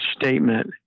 statement